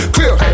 Clear